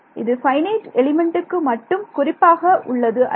இது ஃபைனைட் எலிமெண்ட்டுக்கு மட்டும் குறிப்பாக உள்ளது அல்ல